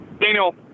Daniel